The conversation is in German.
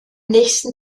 nächsten